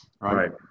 Right